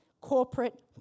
corporate